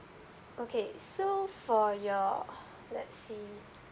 okay so for your let's say